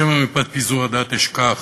שמא מפאת פיזור הדעת אשכח,